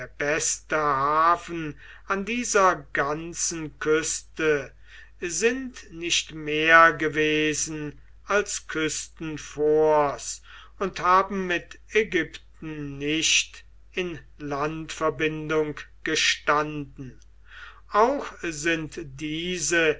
beste hafen an dieser ganzen küste sind nicht mehr gewesen als küstenforts und haben mit ägypten nicht in landverbindung gestanden auch sind diese